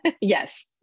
yes